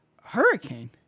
hurricane